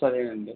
సరేను అండి